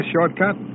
shortcut